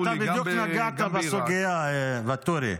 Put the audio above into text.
אז אתה בדיוק נגעת בסוגיה, ואטורי.